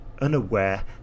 unaware